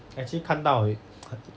actually 看到也